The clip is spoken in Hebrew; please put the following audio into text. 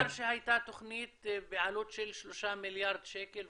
שהייתה תוכנית בעלות של שלושה מיליארד שקל,